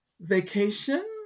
vacation